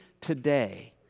today